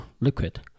liquid